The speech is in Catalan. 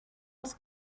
els